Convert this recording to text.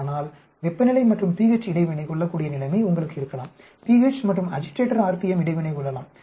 ஆனால் வெப்பநிலை மற்றும் pH இடைவினை கொள்ளக்கூடிய நிலைமை உங்களுக்கு இருக்கலாம் pH மற்றும் அஜிடேட்டர் RPM இடைவினை கொள்ளலாம்